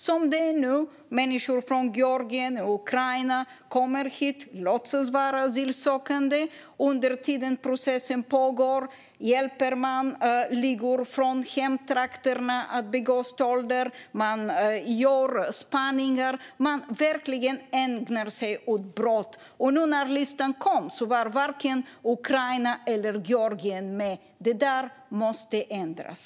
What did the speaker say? Som det är nu kommer människor från Georgien och Ukraina hit och låtsas vara asylsökande. Under tiden som processen pågår hjälper de ligor från hemtrakterna att begå stölder. De gör spaningar och ägnar sig verkligen åt brott. Nu när listan kom var varken Ukraina eller Georgien med. Det måste ändras.